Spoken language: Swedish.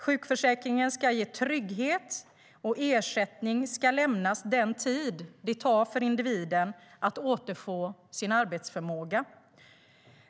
Sjukförsäkringen ska ge trygghet, och ersättning ska lämnas under den tid det tar för individen att återfå arbetsförmågan.